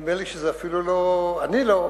ונדמה לי שזה אפילו לא, אני לא,